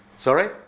Sorry